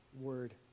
word